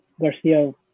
Garcia